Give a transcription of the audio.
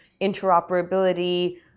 interoperability